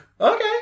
Okay